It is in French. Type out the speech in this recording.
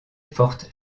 forte